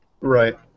Right